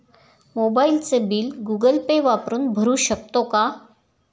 मोबाइलचे bill Google Pay वापरून भरू शकतो का?